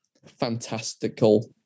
fantastical